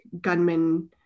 gunmen